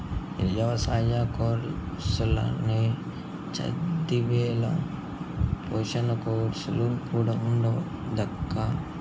ఎవసాయ కోర్సుల్ల నే చదివే నేల పోషణ కోర్సు కూడా ఉండాదక్కా